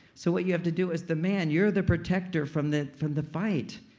so what you have to do as the man, you're the protector from the from the fight.